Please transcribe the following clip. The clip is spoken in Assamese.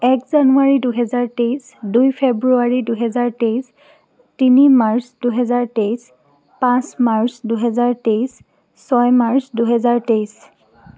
এক জানুৱাৰী দুহেজাৰ তেইছ দুই ফেব্ৰুৱাৰী দুহেজাৰ তেইছ তিনি মাৰ্চ দুহেজাৰ তেইছ পাঁচ মাৰ্চ দুহেজাৰ তেইছ ছয় মাৰ্চ দুহেজাৰ তেইছ